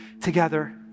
together